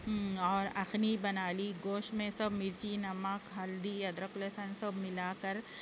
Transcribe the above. اور اخنی بنا لی گوشت میں سب مرچی نمک ہلدی ادرک لہسن سب ملا کر